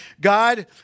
God